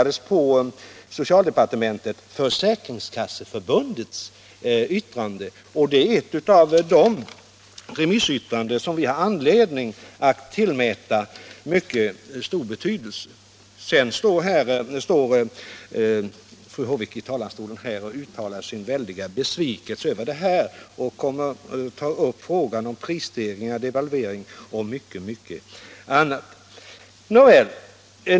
Den 24 mars registrerades detta förbunds yttrande, och det är ett av de yttranden som vi har anledning att tillmäta mycket stor betydelse. Mot den bakgrunden var det inte relevant att som fru Håvik gjorde stå upp här i talarstolen och uttala sin väldiga besvikelse över detta och ta upp frågan om prisstegringar, devalvering och mycket annat.